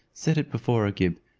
set it before agib,